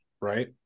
right